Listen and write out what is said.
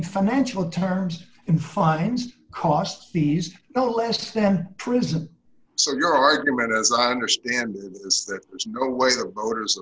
mean financial terms in fines cost fees no less than prison so your argument as i understand that there's no way that voters